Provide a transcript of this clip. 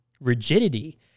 rigidity